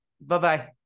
Bye-bye